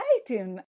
exciting